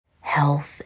health